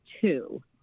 two